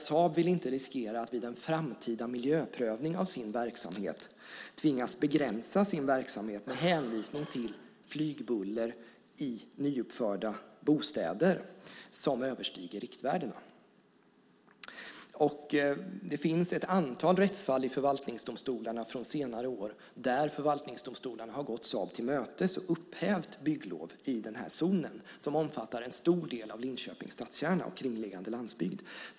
Saab vill inte riskera att vid en framtida miljöprövning av sin verksamhet tvingas begränsa sin verksamhet med hänvisning till flygbuller i nyuppförda bostäder som överstiger riktvärdena. Det finns ett antal rättsfall i förvaltningsdomstolarna från senare år där förvaltningsdomstolarna har gått Saab till mötes och upphävt bygglov i den här zonen, som omfattar en stor del av Linköpings stadskärna och kringliggande landsbygd.